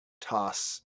toss